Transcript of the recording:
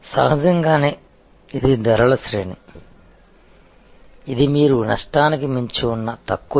సహజంగానే ఇది ధరల శ్రేణి ఇది మీరు నష్టానికి మించి ఉన్న తక్కువ ధర